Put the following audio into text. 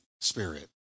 spirit